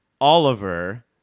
Oliver